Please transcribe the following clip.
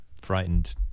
frightened